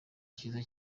cyiza